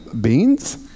beans